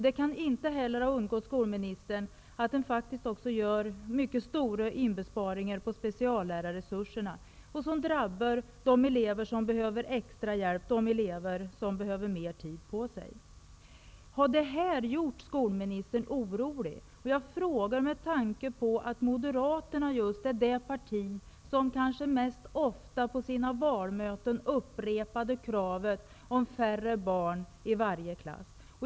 Det kan inte heller ha undgått skolministern att det görs mycket stora inbesparingar på speciallärarresurserna, vilket drabbar de elever som behöver extra hjälp och mer tid. Har det här gjort skolministern orolig? Jag frågar med tanke på att Moderaterna är det parti som kanske oftast på sina valmöten upprepade kravet på färre barn i varje klass.